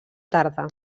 tarda